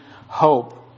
hope